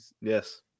Yes